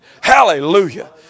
Hallelujah